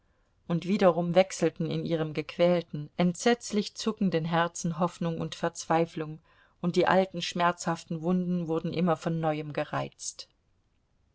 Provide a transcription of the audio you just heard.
und wiederum wechselten in ihrem gequälten entsetzlich zuckenden herzen hoffnung und verzweiflung und die alten schmerzhaften wunden wurden immer von neuem gereizt